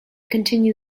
continue